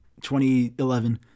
2011